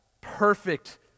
perfect